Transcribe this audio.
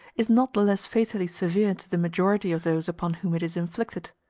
is not the less fatally severe to the majority of those upon whom it is inflicted.